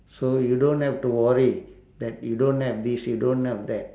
so you don't have to worry that you don't have this you don't have that